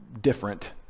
different